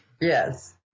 Yes